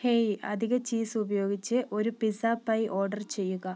hey അധിക cheese ഉപയോഗിച്ച് ഒരു പിസ്സ പൈ ഓർഡർ ചെയ്യുക